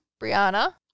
Brianna